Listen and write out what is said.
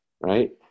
right